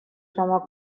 شما